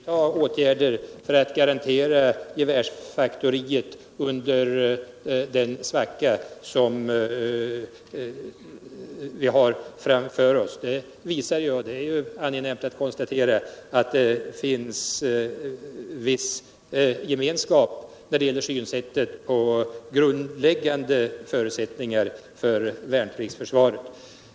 Herr talman! Jag vill först oförbehållsamt tacka försvarsministern för beskedet att han ämnar vidta åtgärder för att garantera gevärsfaktoriets fortsatta verksamhet under den svacka som det har framför sig. Det visar, vilket är bra att kunna konstatera, att det finns en viss överensstämmelse i Försvarspolitiken, synsättet när det gäller grundläggande förutsättningar för värnpliktsförsvaret.